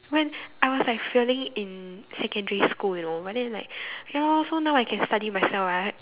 when I was like failing in secondary school you know but then like okay lor so now I can study by myself [what]